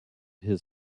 his